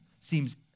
seems